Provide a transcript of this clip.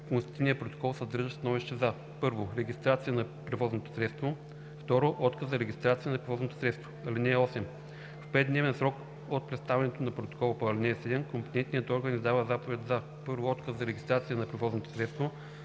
констативен протокол, съдържащ становище за: 1. регистрация на превозното средство; 2. отказ за регистрация на превозното средство. (8) В 5-дневен срок от представянето на протокола по ал. 7 компетентният орган издава заповед за: 1. отказ за регистрация на превозното средство;